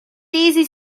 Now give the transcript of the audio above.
easy